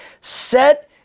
set